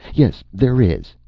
yes, there is!